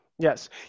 Yes